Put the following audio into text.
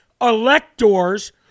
electors